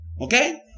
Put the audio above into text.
Okay